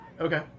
Okay